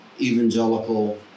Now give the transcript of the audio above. Evangelical